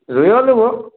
রুইও দেব